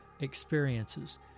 experiences